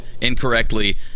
incorrectly